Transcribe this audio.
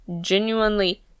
genuinely